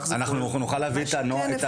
אנחנו נוכל להביא את הנוהל לוועדה?